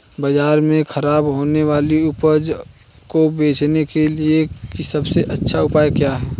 बाजार में खराब होने वाली उपज को बेचने के लिए सबसे अच्छा उपाय क्या है?